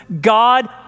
God